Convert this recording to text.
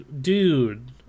dude